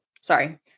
sorry